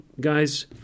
guys